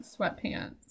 sweatpants